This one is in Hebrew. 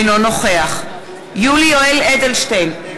אינו נוכח יולי יואל אדלשטיין,